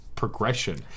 progression